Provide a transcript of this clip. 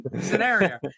scenario